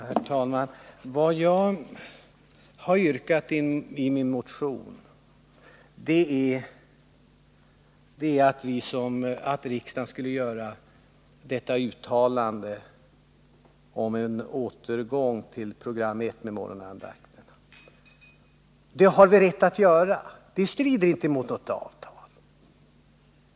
Herr talman! Vad jag har yrkat i min motion är att riksdagen skulle göra ett uttalande om en återgång till program 1 med morgonandakten. Det har vi rätt att göra — det strider inte mot något avtal.